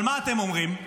אבל מה אתם אומרים?